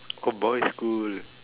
oh boys school